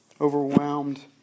overwhelmed